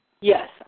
Yes